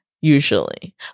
usually